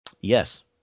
Yes